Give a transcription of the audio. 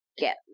get